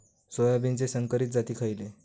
सोयाबीनचे संकरित जाती खयले?